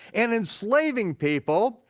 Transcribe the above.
and enslaving people,